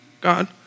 God